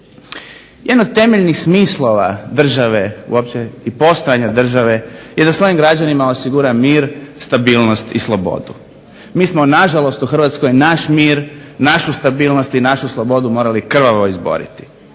Jedan od temeljnih smislova države uopće i postojanja države je da svojim građanima osigura mir, stabilnost i slobodu, mi smo na žalost u Hrvatskoj naš mir, našu stabilnost i našu slobodu morali krvavo izboriti.